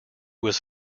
was